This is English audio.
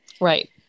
Right